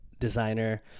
designer